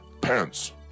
Pants